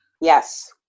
Yes